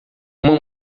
uma